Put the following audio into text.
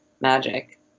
magic